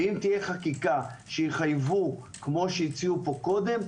ואם תהיה חקיקה שיחייבו כפי שהציעו פה קודם,